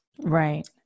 Right